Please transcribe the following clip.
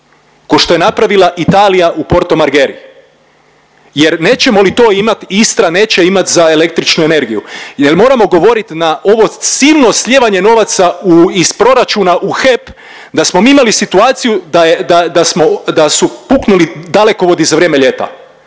ko što je napravila Italija u Porto Margheri jer nećemo li to imat Istra neće imati za električnu energiju jer moramo govorit na ovo silno slijevanje novaca u iz proračuna u HEP da smo mi imali situaciju da je, da smo, da su puknuli dalekovodi za vrijeme ljeta